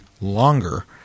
longer